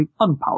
unpowered